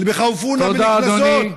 מפחידים אותנו עם הקנסות.) תודה, אדוני.